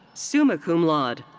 summa cum laude.